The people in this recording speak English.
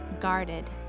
guarded